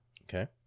Okay